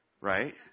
right